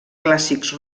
clàssics